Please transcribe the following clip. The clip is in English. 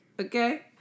okay